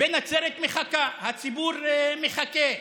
ונצרת מחכה, הציבור מחכה.